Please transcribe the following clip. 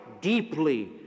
deeply